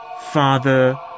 Father